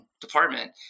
department